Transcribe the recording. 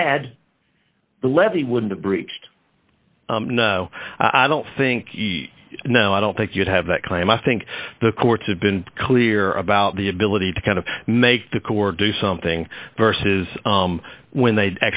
had the levee wouldn't have breached no i don't think now i don't think you'd have that claim i think the courts have been clear about the ability to kind of make the court do something versus when they